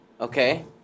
Okay